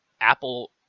Apple